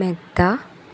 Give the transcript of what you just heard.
മെത്ത